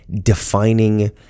defining